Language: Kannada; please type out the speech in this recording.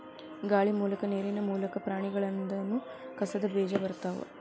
ಗಾಳಿ ಮೂಲಕಾ ನೇರಿನ ಮೂಲಕಾ, ಪ್ರಾಣಿಗಳಿಂದನು ಕಸದ ಬೇಜಾ ಬರತಾವ